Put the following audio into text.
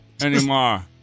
anymore